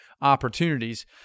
opportunities